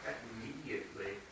immediately